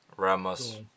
Ramos